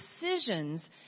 decisions